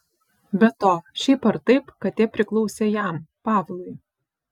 be to šiaip ar taip katė priklausė jam pavlui